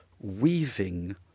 weaving